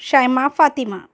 Shaima Fatima